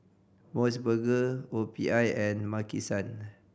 Mos Burger O P I and Maki San